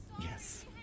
Yes